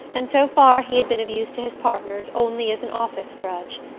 and so far he had been of use to his partners only as an office-drudge.